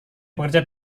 bekerja